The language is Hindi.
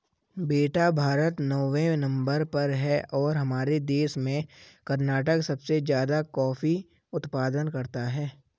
बेटा भारत नौवें नंबर पर है और हमारे देश में कर्नाटक सबसे ज्यादा कॉफी उत्पादन करता है